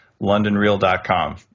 LondonReal.com